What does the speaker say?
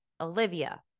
Olivia